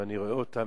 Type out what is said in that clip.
ואני רואה אותם,